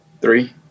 three